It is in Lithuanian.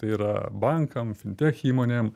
tai yra bankam fintech įmonėm